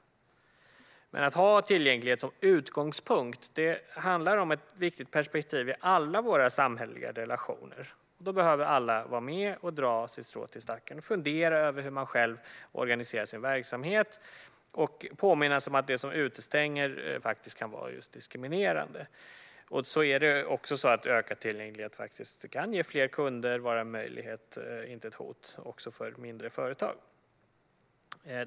Men att ha tillgänglighet som utgångspunkt är ett viktigt perspektiv i alla våra samhälleliga relationer. Då behöver alla vara med och dra sitt strå till stacken, fundera över hur man själv organiserar sin verksamhet och påminnas om att det som utestänger faktiskt kan vara just diskriminerande. Ökad tillgänglighet kan ju faktiskt ge fler kunder och vara en möjlighet, inte ett hot, också för mindre företag.